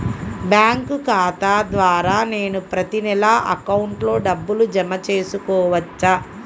Bank ఖాతా ద్వారా నేను ప్రతి నెల అకౌంట్లో డబ్బులు జమ చేసుకోవచ్చా?